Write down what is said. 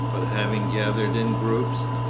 but having gathered in groups,